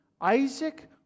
Isaac